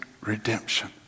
redemption